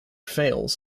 fails